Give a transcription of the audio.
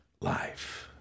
life